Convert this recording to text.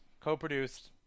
Co-produced